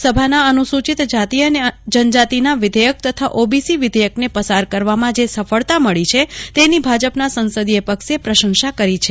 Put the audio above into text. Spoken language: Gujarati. લોકસભાના અનુસૂચિત જાતિ અને જનજાતિના વિધેચક તથા ઓબીસી વિધેચકને પસાર કરવામાં જે સફળતા મળી છે તેની ભાજપના સંસદીય પક્ષે પ્રશંસા કરી છે